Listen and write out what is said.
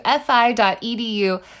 fi.edu